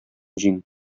җиң